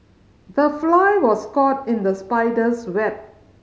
the fly was caught in the spider's web